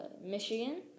Michigan